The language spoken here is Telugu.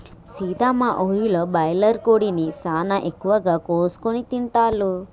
సీత మా ఊరిలో బాయిలర్ కోడిని సానా ఎక్కువగా కోసుకొని తింటాల్లు